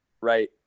right